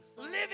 living